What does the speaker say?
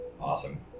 Awesome